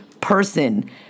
person